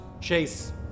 Chase